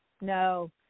no